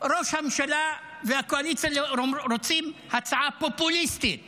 ראש הממשלה והקואליציה רוצים הצעה פופוליסטית